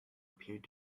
appeared